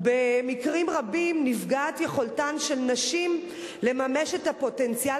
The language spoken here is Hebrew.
במקרים רבים נפגעת יכולתן של נשים לממש את הפוטנציאל